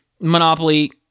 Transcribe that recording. monopoly